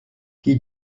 qui